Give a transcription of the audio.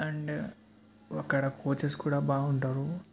and అక్కడ coaches కూడా బాగుంటారు